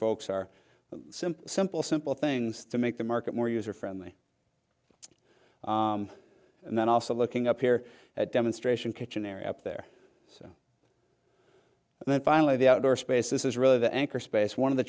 folks are simple simple simple things to make the market more user friendly and then also looking up here at demonstration kitchen area up there and then finally the outdoor space this is really the anchor space one of the